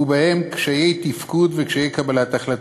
ובהם קשיי תפקוד וקשיי קבלת החלטות,